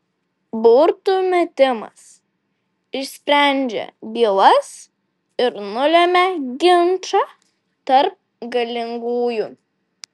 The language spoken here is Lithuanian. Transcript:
burtų metimas išsprendžia bylas ir nulemia ginčą tarp galingųjų